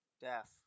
deaf